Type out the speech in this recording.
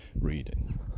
reading